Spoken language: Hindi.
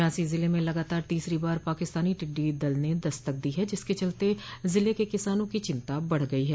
झांसी जिले में लगातार तीसरी बार पाकिस्तानी टिड्डी दल ने दस्तक दी है जिसके चलते जिले के किसानों की चिंता बढ़ गई है